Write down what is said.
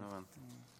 הבנתי.